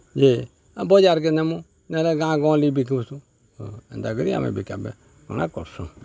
ଯେ ବଜାର୍କେ ନେମୁ ନେହେଲେ ଗାଁ ଗହଲି ବିିକ୍ସୁଁ ହଁ ଏନ୍ତାକରି ଆମେ ବିକା ଭଞ୍ଜା କର୍ସୁଁ